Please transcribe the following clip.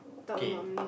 kay